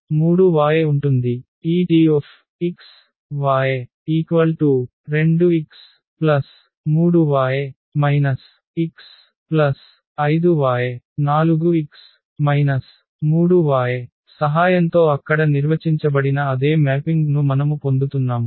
ఈ Tx y 2x 3y x 5y 4x 3y సహాయంతో అక్కడ నిర్వచించబడిన అదే మ్యాపింగ్ను మనము పొందుతున్నాము